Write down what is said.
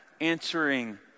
answering